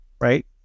right